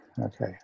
okay